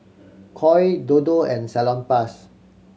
Koi Dodo and Salonpas